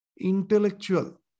intellectual